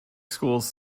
schools